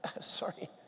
Sorry